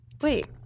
wait